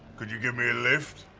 could you give me a lift?